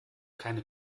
keine